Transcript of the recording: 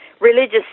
religious